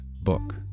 book